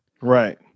Right